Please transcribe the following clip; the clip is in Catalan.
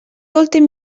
últim